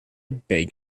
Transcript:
beg